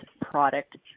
product